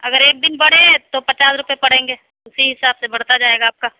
اگر ایک دِن بڑھے تو پچاس روپیے پڑیں گے اسی حساب سے بڑھتا جائے گا آپ کا